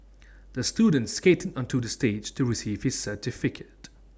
the student skated onto the stage to receive his certificate